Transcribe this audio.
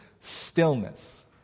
stillness